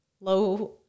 low